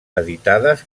editades